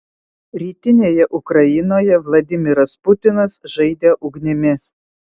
rytinėje ukrainoje vladimiras putinas žaidė ugnimi